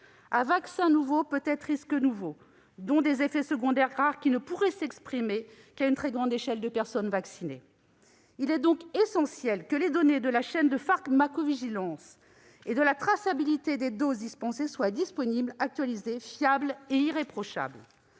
risques nouveaux, peut-être, parmi lesquels des effets secondaires rares qui ne pourraient se faire jour que quand un grand nombre de personnes seraient vaccinées. Il est donc essentiel que les données de la chaîne de pharmacovigilance et de la traçabilité des doses dispensées soient disponibles, actualisées, fiables et irréprochables.